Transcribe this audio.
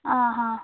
ആ ഹാ